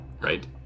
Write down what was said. right